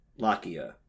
Lakia